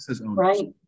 right